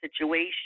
situation